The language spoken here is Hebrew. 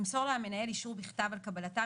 ימסור לו המנהל אישור בכתב על קבלתם